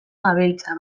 gabiltza